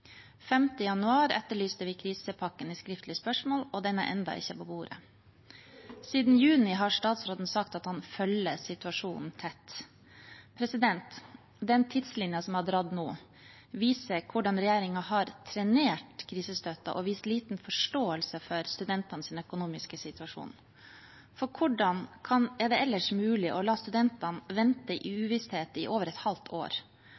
januar etterlyste vi krisepakken i et skriftlig spørsmål, og den er ennå ikke kommet på bordet. Siden juni har statsråden sagt at han følger situasjonen tett. Den tidslinjen som jeg har trukket nå, viser hvordan regjeringen har trenert krisestøtten og vist liten forståelse for studentenes økonomiske situasjon. Hvordan er det ellers mulig å la studentene vente i uvisshet i over et halvt år,